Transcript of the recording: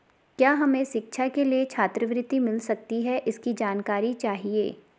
क्या हमें शिक्षा के लिए छात्रवृत्ति मिल सकती है इसकी जानकारी चाहिए?